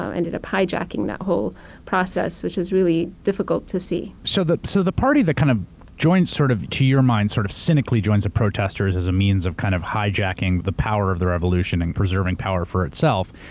ah ended up hijacking that whole process which was really difficult to see. so the so the party that kind of joins, sort of to your mind sort of cynically joins, the protestors as a means of kind of hijacking the power of the revolution and preserving power for itself.